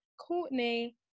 Courtney